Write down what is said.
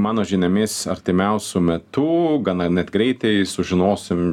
mano žiniomis artimiausiu metu gana net greitai sužinosim